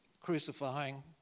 crucifying